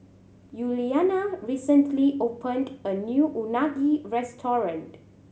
Yuliana recently opened a new Unagi restaurant